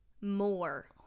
more